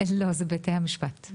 לא, זה בתי המשפט.